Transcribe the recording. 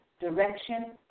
direction